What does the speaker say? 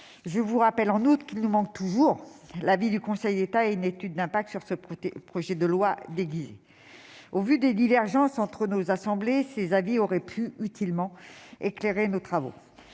lecture. En outre, il nous manque toujours l'avis du Conseil d'État et une étude d'impact sur ce projet de loi déguisé. Au vu des divergences entre nos assemblées, ces documents auraient pu utilement éclairer nos travaux.